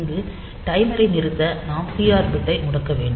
இங்கு டைமரை நிறுத்த நாம் டிஆர் பிட்டை முடக்க வேண்டும்